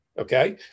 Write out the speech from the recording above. okay